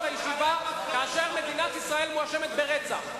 הישיבה כאשר מדינת ישראל מואשמת ברצח.